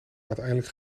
uiteindelijk